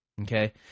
Okay